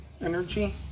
energy